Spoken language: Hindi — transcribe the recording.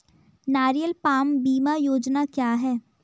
नारियल पाम बीमा योजना क्या है?